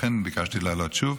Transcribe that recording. לכן ביקשתי לעלות שוב.